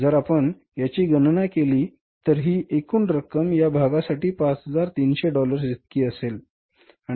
जर आपण याची गणना केली तर ही एकूण रक्कम या भागासाठी 5300 डॉलर्स इतकी असेल बरोबर